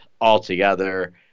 altogether